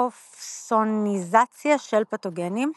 אופסוניזציה של פתוגנים.